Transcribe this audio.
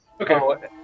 Okay